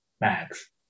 Max